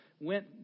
went